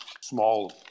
small